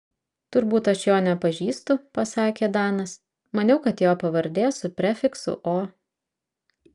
turbūt aš jo nepažįstu pasakė danas maniau kad jo pavardė su prefiksu o